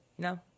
No